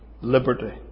liberty